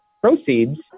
proceeds